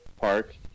park